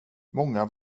många